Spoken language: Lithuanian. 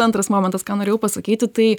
antras momentas ką norėjau pasakyti tai